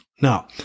Now